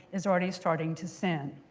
is already starting to sin.